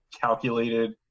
calculated